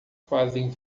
fazem